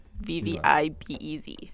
V-V-I-B-E-Z